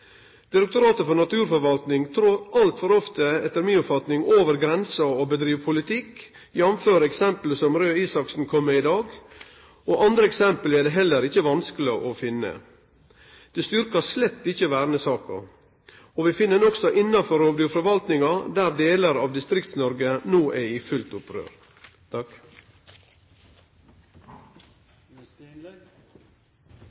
Direktoratet for naturforvaltning trør altfor ofte, etter mi oppfatning, over grensa og driv på med politikk, jamfør eksemplet som Røe Isaksen kom med i dag. Andre eksempel er det heller ikkje vanskeleg å finne. Det styrkjer slett ikkje vernesaka. Vi finn det også innanfor rovdyrforvaltninga, der delar av Distrikts-Noreg no er i fullt opprør.